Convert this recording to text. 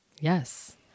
Yes